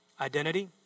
identity